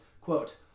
Quote